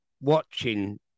watching